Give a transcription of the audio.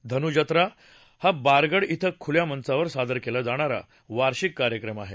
धनु जत्रा हा बारगड क्रिं खुल्या मंचावर सादर केला जाणारा वार्षिक कार्यक्रम आहे